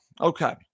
Okay